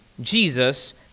Jesus